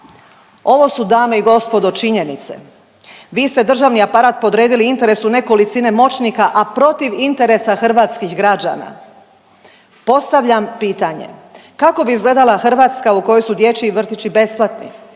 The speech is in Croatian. Ovo su dame i gospodo činjenice. Vi ste državni aparat podredili interesu nekolicine moćnika, a protiv interesa hrvatskih građana. Postavljam pitanje, kako bi izgledala Hrvatska u kojoj su dječji vrtići besplatni,